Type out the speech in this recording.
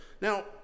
Now